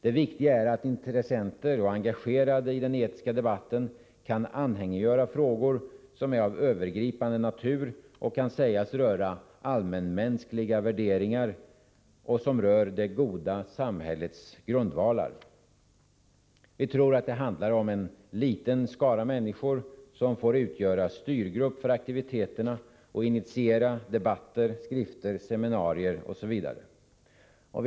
Det viktiga är att olika intressenter och de som är engagerade i den etiska debatten kan anhängiggöra frågor som är av övergripande natur och som kan sägas röra allmänmänskliga värderingar och det goda samhällets grundvalar. Vi tror att det handlar om en liten skara människor som får utgöra styrgrupp för aktiviteterna och initiera debatter, skrifter, seminarier etc.